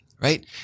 Right